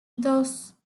dos